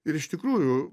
ir iš tikrųjų